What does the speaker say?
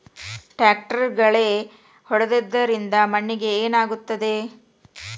ಟ್ರಾಕ್ಟರ್ಲೆ ಗಳೆ ಹೊಡೆದಿದ್ದರಿಂದ ಮಣ್ಣಿಗೆ ಏನಾಗುತ್ತದೆ?